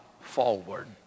forward